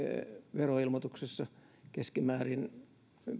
veroilmoituksessa keskimäärin